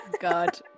God